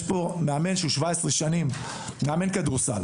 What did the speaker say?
יש פה מאמן שהוא שבע עשרה שנים מאמן כדורסל.